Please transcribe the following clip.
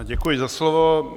Děkuji za slovo.